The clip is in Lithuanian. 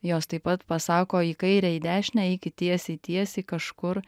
jos taip pat pasako į kairę į dešinę eikit tiesiai tiesiai kažkur